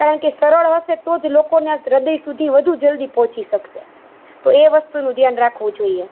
કારણકે સરળ હશે તો જ લોકોને હ્રદય સુધી વધુ જલ્દી પહોંચી શકશે તો એ વસ્તુનું ધ્યાન રાખવું જોઈએ